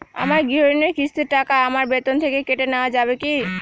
আমার গৃহঋণের কিস্তির টাকা আমার বেতন থেকে কেটে নেওয়া যাবে কি?